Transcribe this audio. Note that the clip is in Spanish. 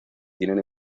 tienen